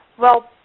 well,